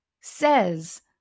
says